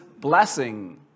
blessing